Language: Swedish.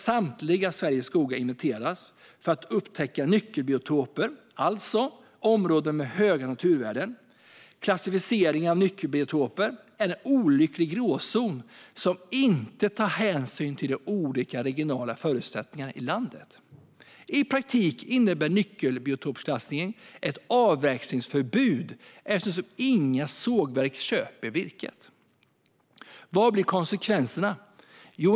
Samtliga Sveriges skogar ska inventeras för att man ska upptäcka nyckelbiotoper, alltså områden med höga naturvärden. Klassificering av nyckelbiotoper är en olycklig gråzon som inte tar hänsyn till de olika regionala förutsättningarna i landet. I praktiken innebär nyckelbiotopsklassningen ett avverkningsförbud eftersom inga sågverk köper virket. Vilka blir konsekvenserna?